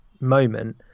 moment